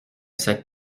sac